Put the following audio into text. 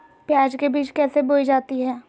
प्याज के बीज कैसे बोई जाती हैं?